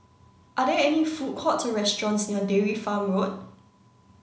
are there food courts or restaurants near Dairy Farm Road